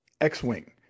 X-Wing